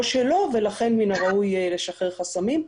או שלא ולכן מן הראוי לשחרר חסמים.